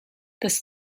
das